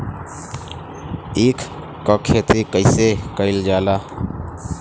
ईख क खेती कइसे कइल जाला?